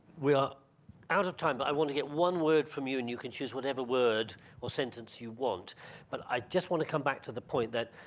we are out of time, but i want to get one word from you, and you can choose whatever word or sentence you want but i just want to come back to the point that,